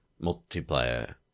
multiplayer